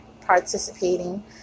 participating